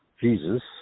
Jesus